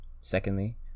secondly